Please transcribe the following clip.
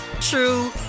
true